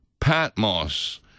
Patmos